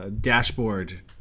dashboard